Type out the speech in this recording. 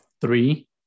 three